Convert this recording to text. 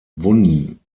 wunden